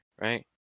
right